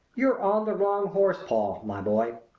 you're on the wrong horse, paul, my boy.